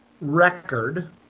record